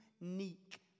unique